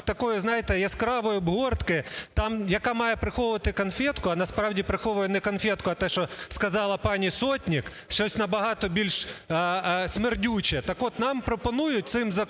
такої, знаєте, яскравої обгортки, яка має приховувати конфетку, а насправді приховує не конфетку, а те що сказала пані Сотник, щось набагато більш смердюче, так от нам пропонують цим законом